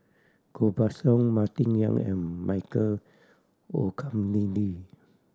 Koh Buck Song Martin Yan and Michael Olcomendy